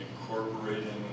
incorporating